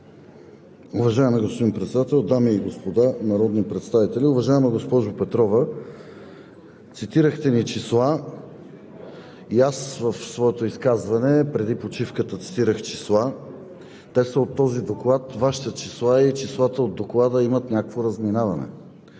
Уважаеми господин Председател, дами и господа народни представители! Уважаема госпожо Петрова, цитирахте ни числа. И аз в своето изказване преди почивката цитирах числа, те са от този доклад. Вашите числа и числата от Доклада имат някакво разминаване.